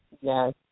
yes